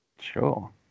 Sure